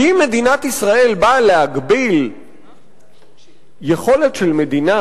כי אם מדינת ישראל באה להגביל יכולת של מדינה